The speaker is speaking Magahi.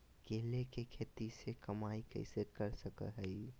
केले के खेती से कमाई कैसे कर सकय हयय?